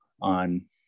on